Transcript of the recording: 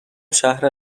شهر